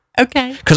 Okay